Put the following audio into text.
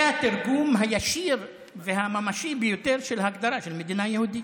זה התרגום הישיר והממשי ביותר של ההגדרה של מדינה יהודית,